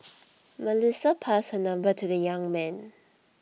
Melissa passed her number to the young man